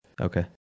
okay